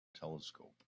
telescope